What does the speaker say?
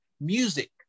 music